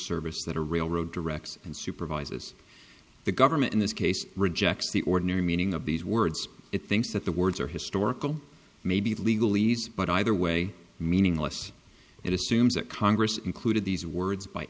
service that a railroad directs and supervises the government in this case rejects the ordinary meaning of these words it thinks that the words are historical maybe legal east but either way meaningless it assumes that congress included these words by